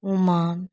Oman